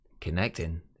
Connecting